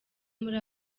muri